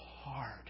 hard